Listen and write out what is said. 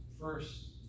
first